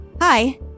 Hi